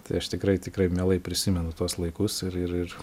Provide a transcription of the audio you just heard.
tai aš tikrai tikrai mielai prisimenu tuos laikus ir ir ir